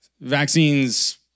vaccines